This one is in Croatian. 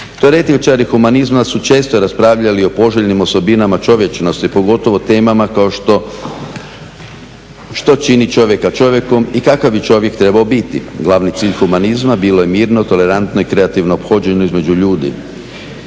Teoretičari humanizma su često raspravljali o poželjnim osobnima čovječnosti, pogotovo temama kao što čini čovjeka čovjekom i kakav bi čovjek trebao biti. Glavni cilj humanizma bilo je mirno, tolerantno i kreativno ophođenje između ljudi.